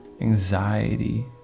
anxiety